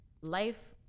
life